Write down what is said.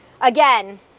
Again